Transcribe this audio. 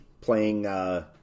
playing